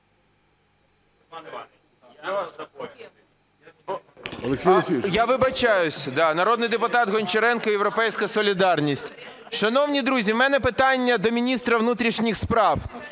Я вибачаюсь. Народний депутат Гончаренко, "Європейська солідарність". Шановні друзі, у мене питання до міністра внутрішніх справ.